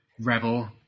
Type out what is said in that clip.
rebel